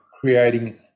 creating